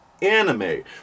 anime